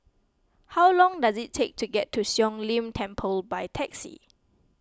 how long does it take to get to Siong Lim Temple by taxi